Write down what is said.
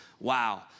Wow